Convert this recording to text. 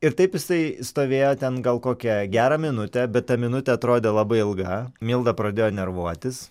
ir taip jisai stovėjo ten gal kokią gerą minutę bet ta minutė atrodė labai ilga milda pradėjo nervuotis